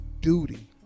duty